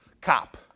cop